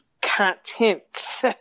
Content